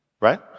right